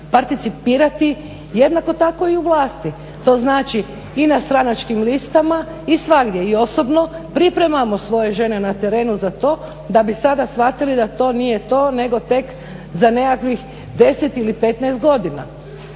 participirati jednako tako i u vlasti, to znači i na stranačkim listama i svagdje, i osobno pripremamo svoje žene na terenu za to da bi sada shvatili da to nije to, nego tek za nekakvih 10 ili 15 godina